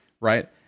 Right